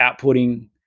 outputting